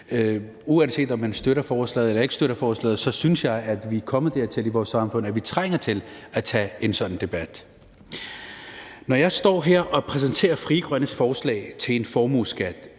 Uanset om man støtter forslaget eller ikke støtter forslaget, synes jeg, at vi er kommet dertil i vores samfund, at vi trænger til at tage en sådan debat. Når jeg står her og præsenterer Frie Grønnes forslag til en formueskat,